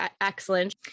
excellent